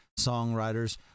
songwriters